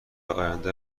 آینده